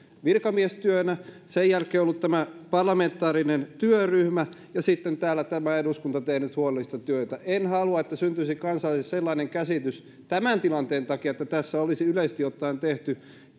virkamiestyönä sen jälkeen on ollut tämä parlamentaarinen työryhmä ja sitten täällä tämä eduskunta on tehnyt huolellista työtä en halua että syntyisi kansalle sellainen käsitys tämän tilanteen takia että tässä olisi yleisesti ottaen tehty